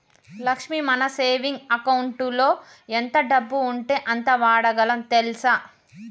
లక్ష్మి మన సేవింగ్ అకౌంటులో ఎంత డబ్బు ఉంటే అంత వాడగలం తెల్సా